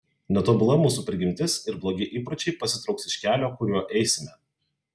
netobula mūsų prigimtis ir blogi įpročiai pasitrauks iš kelio kuriuo eisime